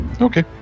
Okay